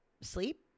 sleep